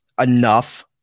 enough